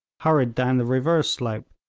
hurried down the reverse slope,